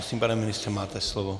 Prosím, pane ministře, máte slovo.